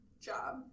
job